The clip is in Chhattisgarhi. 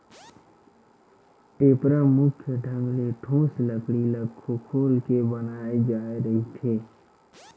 टेपरा मुख्य ढंग ले ठोस लकड़ी ल खोखोल के बनाय जाय रहिथे